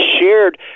shared